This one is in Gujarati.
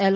એલ